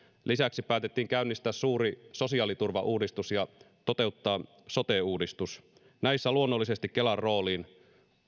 lisäksi päätettiin käynnistää suuri sosiaaliturvauudistus ja toteuttaa sote uudistus näissä luonnollisesti kelan rooliin